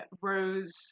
Rose